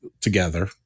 together